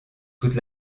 toute